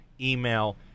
email